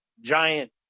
giant